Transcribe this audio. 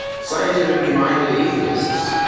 scientifically-minded atheists,